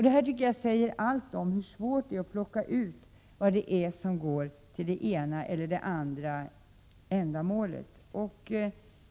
Det här tycker jag säger allt om hur svårt det är att plocka ut vad som går till det ena eller det andra ändamålet.